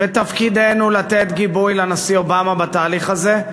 ותפקידנו לתת גיבוי לנשיא אובמה בתהליך הזה,